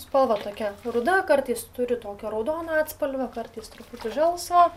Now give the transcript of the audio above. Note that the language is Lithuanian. spalva tokia ruda kartais turi tokio raudono atspalvio kartais truputį žalsvo